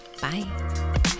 Bye